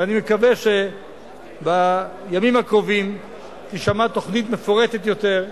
ואני מקווה שבימים הקרובים תישמע תוכנית מפורטת יותר,